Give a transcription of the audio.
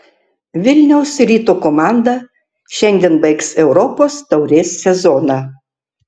vilniaus ryto komanda šiandien baigs europos taurės sezoną